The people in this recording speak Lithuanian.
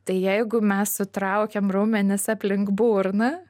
tai jeigu mes sutraukiam raumenis aplink burną